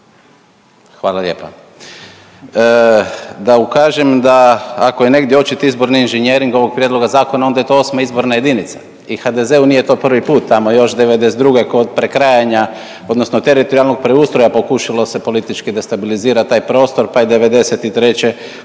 hvala lijepa, da ukažem da ako je negdje očit izborni inženjering ovog prijedloga zakona onda je to VIII. izborna jedinica i HDZ-u nije to prvi put, tamo još '92. kod prekrajanja odnosno teritorijalnog preustroja pokušalo se politički destabilizirat taj prostor, pa je '93. HDZ doživio